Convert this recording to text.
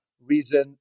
reason